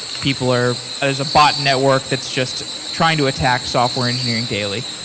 people are there's a botnet work that's just trying to attack software engineering daily.